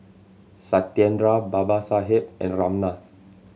Satyendra Babasaheb and Ramnath